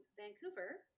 Vancouver